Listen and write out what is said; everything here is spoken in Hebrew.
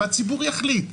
והציבור יחליט,